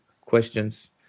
questions